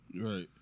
Right